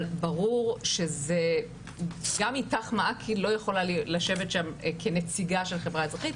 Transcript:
אבל ברור שגם "אית"ך מעכי" לא יכולה לשבת שם כנציגה של חברה אזרחית.